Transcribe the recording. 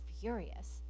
furious